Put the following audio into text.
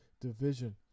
division